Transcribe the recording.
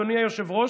אדוני היושב-ראש,